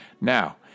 Now